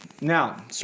Now